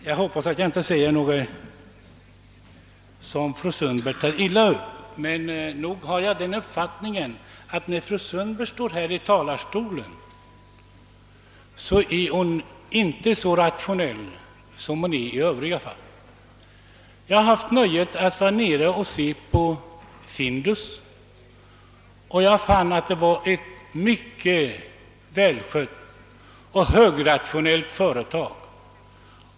Jag hoppas att fru Sundberg inte tar illa upp om jag säger att när hon står i denna talarstol är hon inte lika rationell som annars. Jag har haft nöjet att besöka Findus, och jag fann att det var ett mycket välskött och högrationaliserat företag.